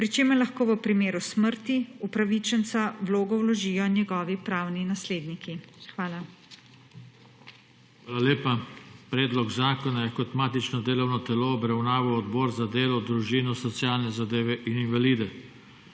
pri čemer lahko v primeru smrti upravičenca vlogo vložijo njegovi pravni nasledniki. Hvala. PODPREDSEDNIK JOŽE TANKO: Hvala lepa. Predlog zakona je kot matično delovno telo obravnaval Odbor za delo, družino, socialne zadeve in invalide.Za